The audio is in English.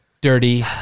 dirty